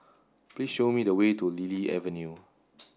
please show me the way to Lily Avenue